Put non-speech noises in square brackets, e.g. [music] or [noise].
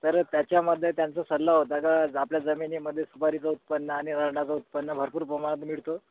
तर त्याच्यामध्ये त्यांचं सल्ला होता का ज आपल्या जमिनीमध्ये सुपारीचा उत्पन्न आणि [unintelligible] उत्पन्न भरपूर प्रमाणात मिळतो